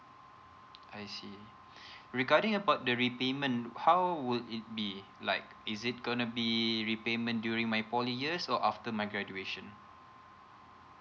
I see regarding about the repayment how would it be like is it going to be repayment during my poly years or after my graduation